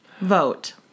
Vote